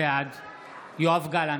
בעד יואב גלנט,